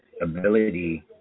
ability